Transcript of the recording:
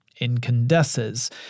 incandesces